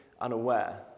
unaware